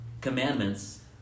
commandments